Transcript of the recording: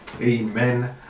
Amen